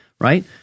right